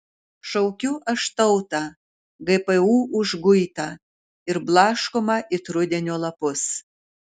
šaukiu aš tautą gpu užguitą ir blaškomą it rudenio lapus